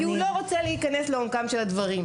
כי הוא לא רוצה להיכנס לעומקם של הדברים.